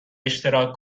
اشتراک